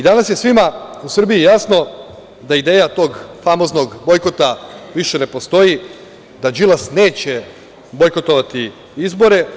Danas je svima u Srbiji jasno da ideja tog famoznog pokreta više ne postoji, da Đilas neće bojkotovati izbore.